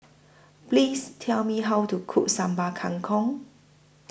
Please Tell Me How to Cook Sambal Kangkong